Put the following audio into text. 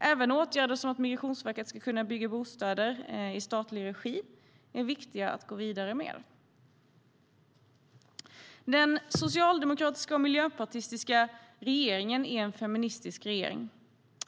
Även åtgärder som att Migrationsverket ska kunna bygga bostäder i statlig regi är viktiga att gå vidare med. Den socialdemokratiska och miljöpartistiska regeringen är en feministisk regering.